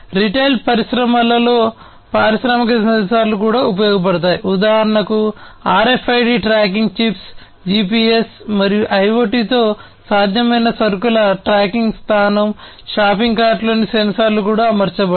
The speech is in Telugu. రిటైల్ పరిశ్రమలో పారిశ్రామిక సెన్సార్లు కూడా ఉపయోగించబడతాయి ఉదాహరణకు RFID ట్రాకింగ్ చిప్స్ GPS మరియు IoT తో సాధ్యమైన సరుకుల ట్రాకింగ్ స్థానం షాపింగ్ కార్ట్లోని సెన్సార్లు కూడా అమర్చబడతాయి